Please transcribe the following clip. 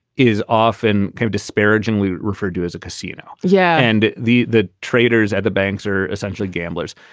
is often kind of disparagingly referred to as a casino. yeah. and the the traders at the banks are essentially gamblers.